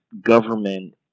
government